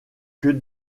que